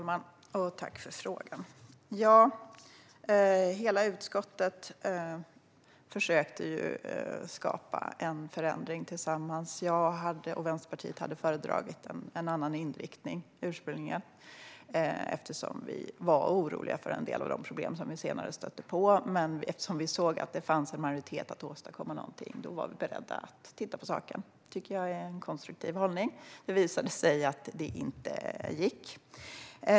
Herr talman! Tack för frågan! Hela utskottet försökte skapa en förändring tillsammans. Vi i Vänsterpartiet föredrog ursprungligen en annan inriktning, eftersom vi var oroliga för en del av de problem som vi senare stötte på. Vi såg dock att det fanns en majoritet för att åstadkomma någonting, och därför var vi beredda att titta på saken. Jag tycker att det är en konstruktiv hållning. Det visade sig dock att det här inte gick.